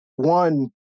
One